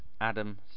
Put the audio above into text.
Adam